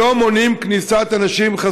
לא מונעים כניסת אנשים,